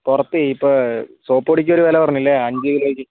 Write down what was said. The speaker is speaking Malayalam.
പുറത്ത് ഇപ്പോൾ സോപ്പുപൊടിക്ക് ഒരു വില പറഞ്ഞില്ലേ അഞ്ച് കിലോയ്ക്ക്